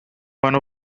one